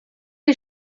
les